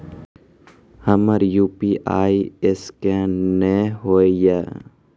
हमर UPI scan नेय हो या?